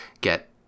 get